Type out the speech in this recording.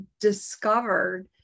discovered